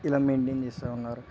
ఇలా మెయింటైన్ చేస్తూ ఉన్నారు